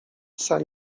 psa